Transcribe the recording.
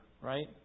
Right